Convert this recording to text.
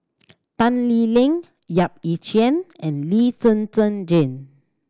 Tan Lee Leng Yap Ee Chian and Lee Zhen Zhen Jane